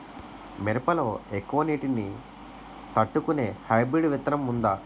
మిరప లో ఎక్కువ నీటి ని తట్టుకునే హైబ్రిడ్ విత్తనం వుందా?